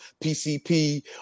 PCP